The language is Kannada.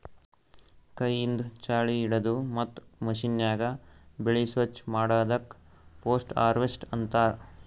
ಕೈಯಿಂದ್ ಛಾಳಿ ಹಿಡದು ಮತ್ತ್ ಮಷೀನ್ಯಾಗ ಬೆಳಿ ಸ್ವಚ್ ಮಾಡದಕ್ ಪೋಸ್ಟ್ ಹಾರ್ವೆಸ್ಟ್ ಅಂತಾರ್